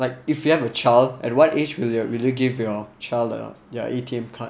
like if you have a child at what age will you will you give your child a your A_T_M card